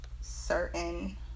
certain